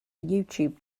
youtube